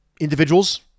individuals